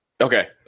Okay